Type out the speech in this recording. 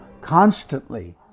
constantly